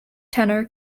tenor